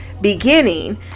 beginning